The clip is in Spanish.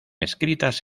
escritas